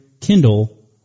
Kindle